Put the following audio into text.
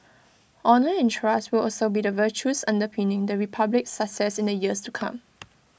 honour and trust will also be the virtues underpinning the republic's success in the years to come